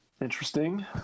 Interesting